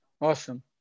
Awesome